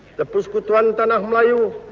the persekutuan tanah melayu